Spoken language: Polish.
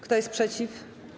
Kto jest przeciw?